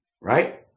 right